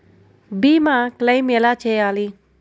భీమ క్లెయిం ఎలా చేయాలి?